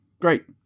Great